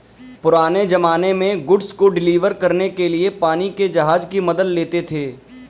पुराने ज़माने में गुड्स को डिलीवर करने के लिए पानी के जहाज की मदद लेते थे